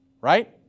right